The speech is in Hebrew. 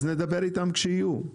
אז נדבר איתם כשיהיו,